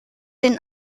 den